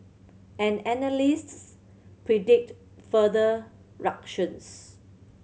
and analysts predict further ructions